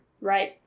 Right